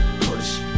push